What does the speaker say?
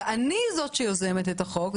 ואני זאת שיוזמת את החוק,